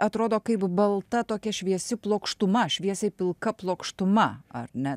atrodo kaip balta tokia šviesi plokštuma šviesiai pilka plokštuma ar ne